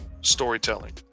storytelling